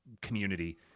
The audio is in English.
community